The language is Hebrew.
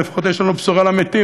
לפחות יש לנו בשורה למתים.